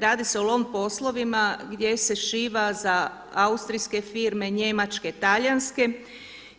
Radi se o lom poslovima gdje se šiva za austrijske firme, njemačke, talijanske